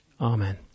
amen